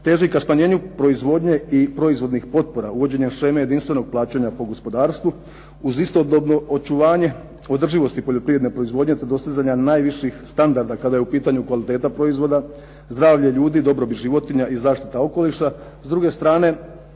teži ka smanjenju proizvodnje i proizvodnih potpora uvođenjem sheme jedinstvenog plaćanja po gospodarstvu, uz istodobno očuvanje održivosti poljoprivredne proizvodnje te dostizanja najviših standarda kada je u pitanju kvaliteta proizvoda, zdravlje ljudi, dobrobit životinja i zaštita okoliša. S druge strane